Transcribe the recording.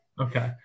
Okay